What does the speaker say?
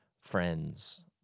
friend's